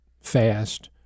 fast